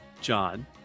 John